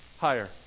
Higher